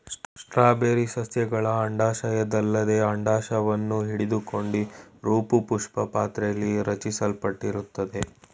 strawberry ಸಸ್ಯಗಳ ಅಂಡಾಶಯದಲ್ಲದೆ ಅಂಡಾಶವನ್ನು ಹಿಡಿದುಕೊಂಡಿರೋಪುಷ್ಪಪಾತ್ರೆಲಿ ರಚಿಸಲ್ಪಟ್ಟಿರ್ತದೆ